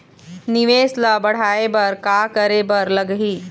निवेश ला बड़हाए बर का करे बर लगही?